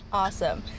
Awesome